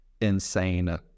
insane